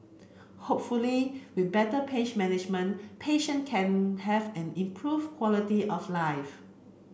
hopefully with better pain management patient can have an improved quality of life